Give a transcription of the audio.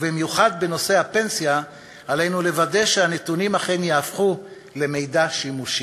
ובמיוחד בנושאי הפנסיה עלינו לוודא שהנתונים אכן יהפכו למידע שימושי.